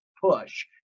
push